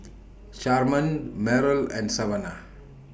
Sherman Merrill and Savanah